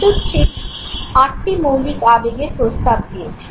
Plutchik আটটি মৌলিক আবেগের প্রস্তাব দিয়েছেন